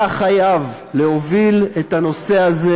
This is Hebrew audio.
אתה חייב להוביל את הנושא הזה,